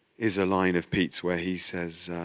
is a line of pete's where he says.